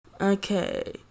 Okay